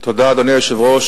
תודה, אדוני היושב-ראש.